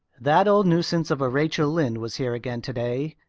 that old nuisance of a rachel lynde was here again today,